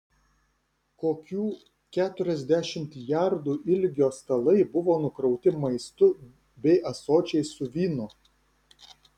kokių keturiasdešimt jardų ilgio stalai buvo nukrauti maistu bei ąsočiais su vynu